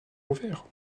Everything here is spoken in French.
ouvert